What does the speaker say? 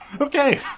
Okay